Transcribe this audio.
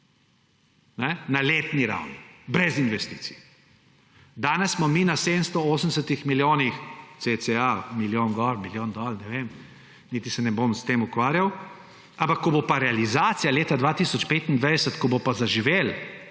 na letni ravni. Brez investicij. Danes smo mi na okoli 780 milijonih, milijon gor, milijon dol, ne vem, niti se ne bom s tem ukvarjal, ampak ko bo pa realizacija leta 2025, ko bo pa zaživelo,